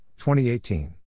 2018